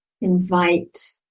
invite